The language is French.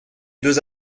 deux